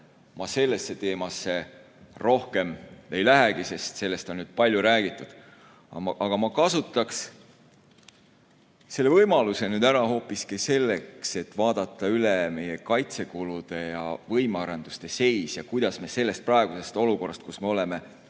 Ma sellesse teemasse rohkem ei lähegi, sest sellest on palju räägitud. Aga ma kasutaks oma võimaluse ära hoopiski selleks, et vaadata üle meie kaitsekulude ja võimearenduste seis ja arutada, kuidas me olukorrast, kus me oleme,